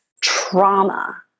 trauma